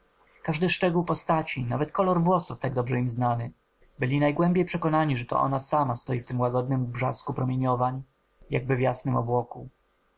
każdy szczegół postaci nawet kolor włosów tak dobrze im znany byli najgłębiej przekonani że to ona sama stoi w tym łagodnym brzasku promieniowań jakby w jasnym obłoku